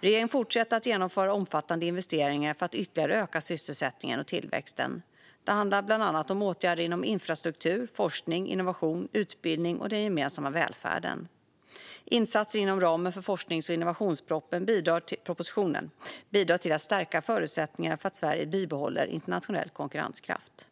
Regeringen fortsätter att genomföra omfattande investeringar för att ytterligare öka sysselsättningen och tillväxten. Det handlar bland annat om åtgärder inom infrastruktur, forskning, innovation, utbildning och den gemensamma välfärden. Insatser inom ramen för forsknings och innovationspropositionen bidrar till att stärka förutsättningarna för att Sverige ska bibehålla internationell konkurrenskraft.